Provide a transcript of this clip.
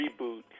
reboot